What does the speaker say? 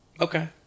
Okay